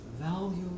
value